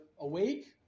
awake